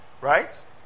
right